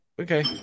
okay